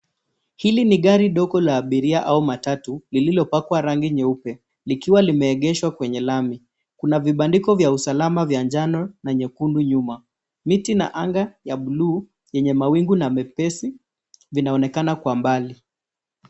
Hili ni gari dogo la abiria au matatu lililopakwa rangi nyeupe likiwa limeegeshwa kwenye lami. Kuna vibandiko vya usalama vya njano na nyekundu nyuma, miti na anga ya bluu yenye mawingu na mepesi vinaonekana kwa mbali.